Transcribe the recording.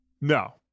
no